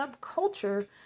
subculture